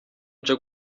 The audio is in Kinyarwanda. nje